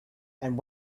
and